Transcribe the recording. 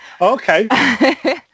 Okay